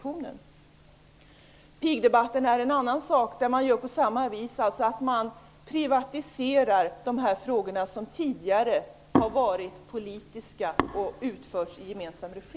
I pigdebatten gör man på samma vis. Man ''privatiserar'' alltså de här frågorna, som tidigare har varit politiska och som hanterats i gemensam regi.